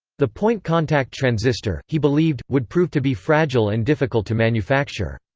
the point contact transistor, he believed, would prove to be fragile and difficult to manufacture.